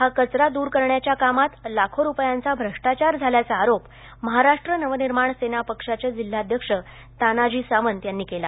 हा कचरा दूर करण्याच्या कामात लाखो रुपयांचा भ्रष्टाचार झाल्याचा आरोप महाराष्ट्र नवनिर्माण सेना पक्षाचे जिल्हाध्यक्ष तानाजी सावंत यांनी केला